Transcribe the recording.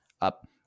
up